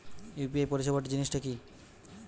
UPI পরিসেবা জিনিসটা কি?